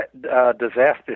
disaster